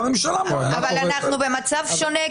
והממשלה --- אבל אנחנו במצב שונה,